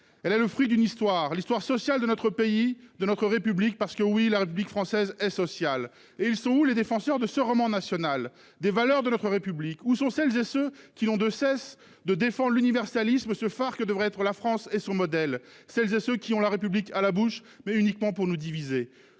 Elle est le fruit d'une histoire, l'histoire sociale de notre pays, de notre République- parce que, oui, la République française est sociale. Justement, où sont les défenseurs de ce roman national, des valeurs de notre République ? Où sont celles et ceux qui n'ont de cesse de défendre l'universalisme, ce phare que devraient être la France et son modèle, celles et ceux qui ont la République à la bouche, mais uniquement pour nous diviser ?